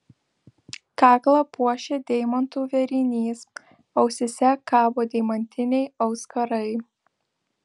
kaklą puošia deimantų vėrinys ausyse kabo deimantiniai auskarai